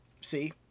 See